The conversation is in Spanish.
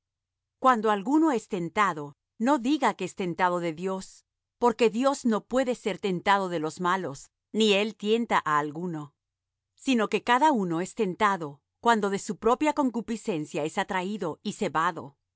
cuando alguno es tentado no diga que es tentado de dios porque dios no puede ser tentado de los malos ni él tienta á alguno sino que cada uno es tentado cuando de su propia concupiscencia es atraído y cebado